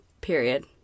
period